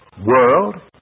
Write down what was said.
World